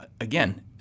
Again